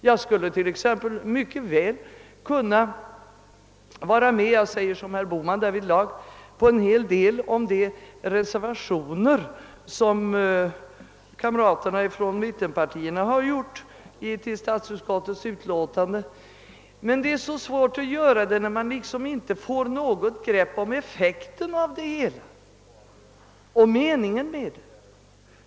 Jag skulle exempelvis mycket väl kunna ansluta mig till en del av de reservationer som kamraterna från mittenpartierna fogat till statsutskottets utlåtanden — däri instämmer jag i vad herr Bohman sade — men det är svårt att göra det eftersom man inte får något grepp om effekten av och meningen med dem.